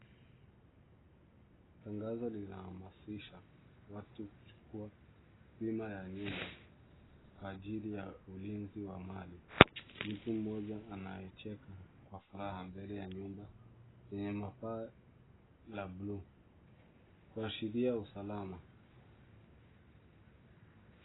Tangazo linahamasisha, watu kuchukua bima ya nyumba kwa ajili ya ulinzi wa mali. Mtu mmoja anayecheka kwa furaha mbele ya nyumba yenye mapaa la bluu, kuashiria usalama.